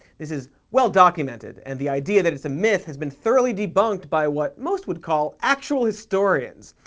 this is well-documented, and the idea that it's a myth has been thoroughly debunked by, what most would call, actual historians.